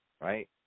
right